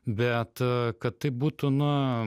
bet kad taip būtų na